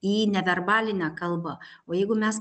į neverbalinę kalbą o jeigu mes